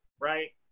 right